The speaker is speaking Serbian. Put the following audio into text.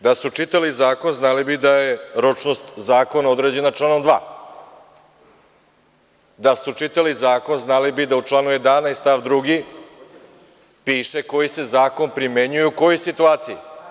Da su čitali zakon, znali bi da je ročnost zakona određena članom 2. Da su čitali zakon, znali bi da u članu 11. stav 2. piše koji se zakon primenjuje u kojoj situaciji.